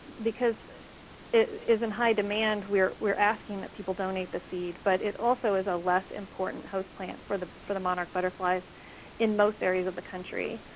because it is in high demand, we're we're asking the people donate the seed, but it also is a less important host plant for the for the monarch butterflies in most areas of the country.